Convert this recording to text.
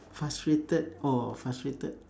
frustrated orh frustrated